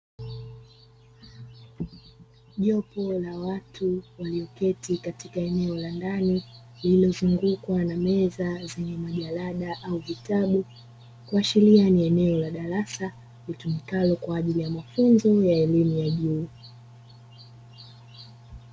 Jopo la walioketi katika eneo la ndani lililozungukwa na meza zenye majalada au vitabu, kuashiria ni eneo la darasa litumikalo kwa ajili ya mafunzo ya elimu ya juu.